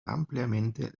ampliamente